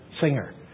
Singer